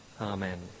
Amen